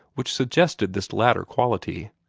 which suggested this latter quality.